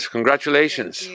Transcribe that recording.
Congratulations